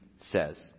says